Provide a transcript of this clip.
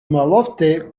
malofte